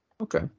Okay